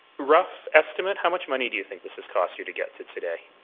rough estimate, how much money do you think this has cost you to get to today?